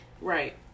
Right